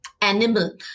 animal